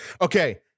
Okay